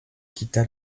quitta